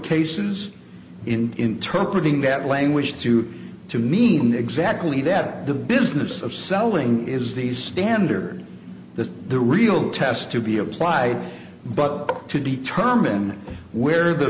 cases in interpret ing that language to to mean exactly that the business of selling is the standard that the real test to be applied but to determine where the